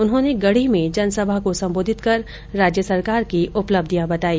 उन्होंने गढ़ी में जनसभा को संबोधित कर राज्य सरकार की उपलब्धियां बताई